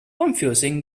confusing